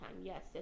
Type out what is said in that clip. Yes